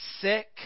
sick